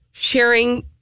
Sharing